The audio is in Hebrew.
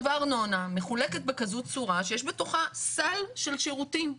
הארנונה מחולקת בצורה כזאת שיש בתוכה סל של שירותים.